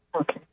Okay